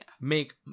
make